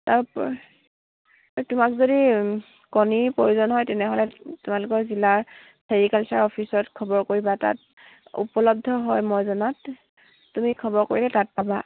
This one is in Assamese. তাৰ পৰা তোমাক যদি কণীৰ প্ৰয়োজন হয় তেনেহ'লে তোমালোকৰ জিলাৰ ছেৰিকালচাৰ অফিচত খবৰ কৰিবা তাত উপলব্ধ হয় মই জনাত তুমি খবৰ কৰিলে তাত পাবা